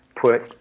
Put